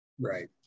Right